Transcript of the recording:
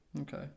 Okay